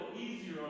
easier